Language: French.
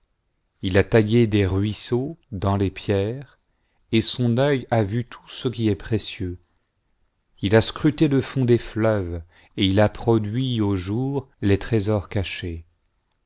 il a taillé des ruisseaux dans les pierres et son œil a vu tout ce qui est précieux il a scruté le fond des i mives et il a produit au jour les trésors cachée